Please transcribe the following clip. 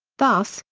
thus,